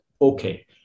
Okay